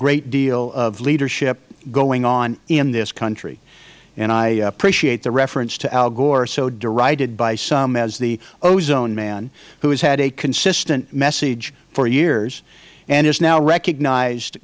great deal of leadership going on in this country and i appreciate the reference to al gore so derided by some as the ozone man who has had a consistent message for years and is now recognized